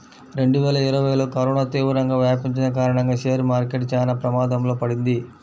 రెండువేల ఇరవైలో కరోనా తీవ్రంగా వ్యాపించిన కారణంగా షేర్ మార్కెట్ చానా ప్రమాదంలో పడింది